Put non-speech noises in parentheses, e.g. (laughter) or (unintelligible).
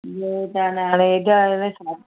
(unintelligible) हाणे (unintelligible)